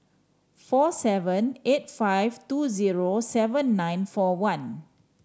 four seven eight five two zero seven nine four one